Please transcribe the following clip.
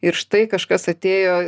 ir štai kažkas atėjo